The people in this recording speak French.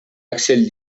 axel